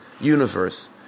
universe